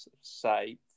say